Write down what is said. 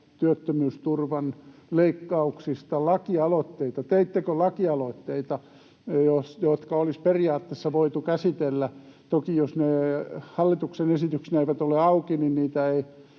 työttömyysturvan leikkauksista lakialoitteita. Teittekö lakialoitteita, jotka olisi periaatteessa voitu käsitellä? Toki, jos ne hallituksen esityksenä eivät olleet auki, niitä ei